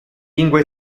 lingua